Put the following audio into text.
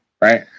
Right